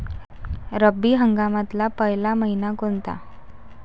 रब्बी हंगामातला पयला मइना कोनता?